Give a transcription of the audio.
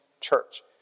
church